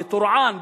בטורעאן,